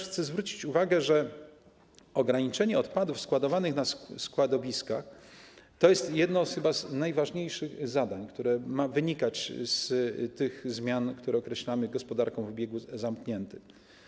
Chcę też zwrócić uwagę, że ograniczenie odpadów składowanych na składowiskach to jest jedno z najważniejszych zadań, które ma wynikać ze zmian, które określamy gospodarką w obiegu zamkniętym.